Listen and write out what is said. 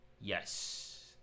Yes